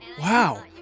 Wow